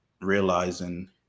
realizing